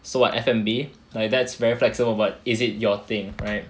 so what F&B like that's very flexible but is it your thing right